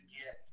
get